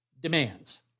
demands